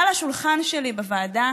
על השולחן שלי בוועדה